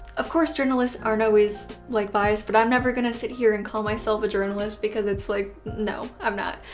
of course journalists aren't always like non-biased but i'm never gonna sit here and call myself a journalist because it's like, no, i'm not,